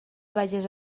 vages